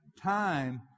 time